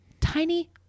tiny